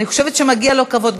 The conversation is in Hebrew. אני חושבת שמגיע לו כבוד.